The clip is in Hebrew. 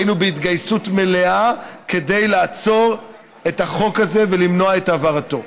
היינו בהתגייסות מלאה כדי לעצור את החוק הזה ולמנוע את העברתו.